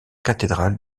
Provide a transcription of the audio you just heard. cathédrale